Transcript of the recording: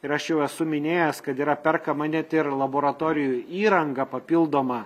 ir aš jau esu minėjęs kad yra perkama net ir laboratorijų įranga papildoma